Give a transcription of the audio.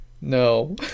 No